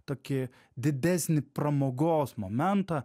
tokį didesnį pramogos momentą